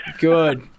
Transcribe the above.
Good